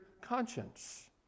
conscience